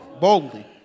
boldly